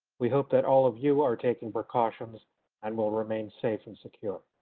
we hope that all of you are taking precautions and will remain safe and secure.